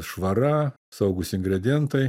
švara saugūs ingredientai